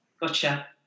Gotcha